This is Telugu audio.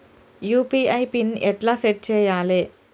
యూ.పీ.ఐ పిన్ ఎట్లా సెట్ చేయాలే?